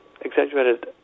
exaggerated